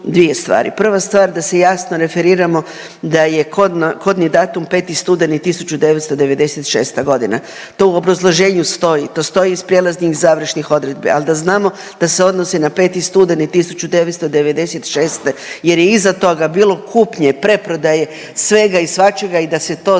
Prva stvar, da se jasno referiramo da je kodni datum 5. studeni 1996.g., to u obrazloženju stoji, to stoji iz prijelaznih i završnih odredbi, al da znamo da se odnosi na 5. studeni 1996. jer je iza toga bilo kupnje, preprodaje, svega i svačega i da se to zapravo